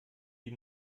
die